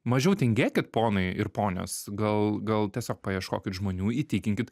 mažiau tingėkit ponai ir ponios gal gal tiesiog paieškokit žmonių įtikinkit